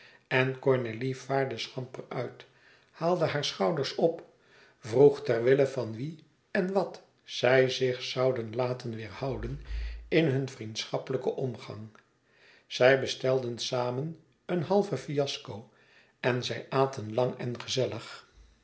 en cornélie vaarde schamper uit haalde hare schouders op vroeg terwille van wie en wat zij zich zouden laten weêrhouden in hun vriendschappelijken omgang zij bestelden samen een halve fiasco en zij aten lang en gezellig